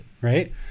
right